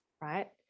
right